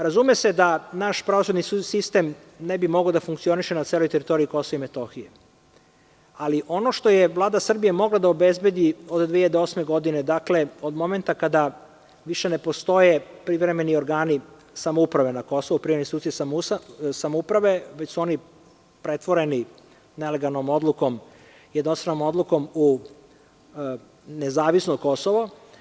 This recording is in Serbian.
Razume se da naš pravosudni sistem ne bi mogao da funkcioniše na celoj teritoriji Kosova i Metohije, ali ono što je Vlada Srbije mogla da obezbedi od 2008. godine, od momenta kada više ne postoje privremeni organi samouprave na Kosovu, privremene institucije samouprave već su oni pretvoreni nelegalnom odlukom, jednostranom odlukom u nezavisno Kosovo.